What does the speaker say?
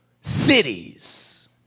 cities